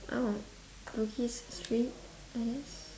oh bugis street as